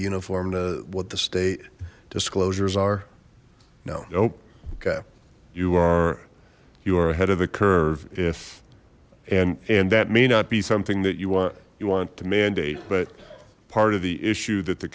uniform to what the state disclosures are no nope okay you are you are ahead of the curve if and and that may not be something that you want you want to mandate but part of the issue that the